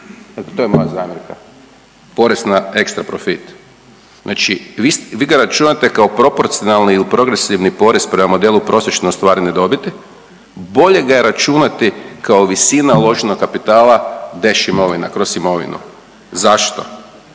to je moja zamjerka porez na ekstra profit. Znači vi ga računate kao proporcionalni ili progresivni porez prema modelu prosječno ostvarene dobiti. Bolje ga je računati kao visina uloženog kapitala deš imovina, kroz imovinu. Zašto?